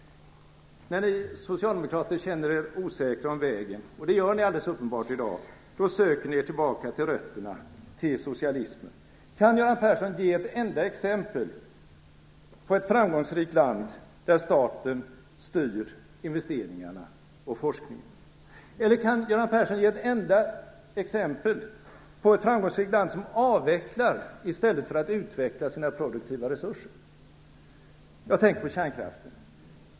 När ni socialdemokrater känner er osäkra om vägen - och det gör ni alldeles uppenbart i dag - då söker ni er tillbaka till rötterna, till socialismen. Kan Göran Persson ge ett enda exempel på ett framgångsrikt land där staten styr investeringarna och forskningen? Eller kan Göran Persson ge ett enda exempel på ett framgångsrikt land som avvecklar i stället för att utveckla sina produktiva resurser? Jag tänker då på kärnkraften.